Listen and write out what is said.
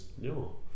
no